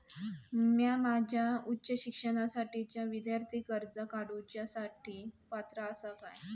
म्या माझ्या उच्च शिक्षणासाठीच्या विद्यार्थी कर्जा काडुच्या साठी पात्र आसा का?